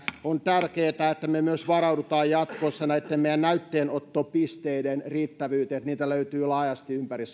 on tärkeätä että me myös varaudumme jatkossa näitten meidän näytteenottopisteiden riittävyyteen niin että niitä löytyy laajasti ympäri